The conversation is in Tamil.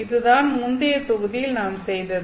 இதுதான் முந்தைய தொகுதியில் நாம் செய்தது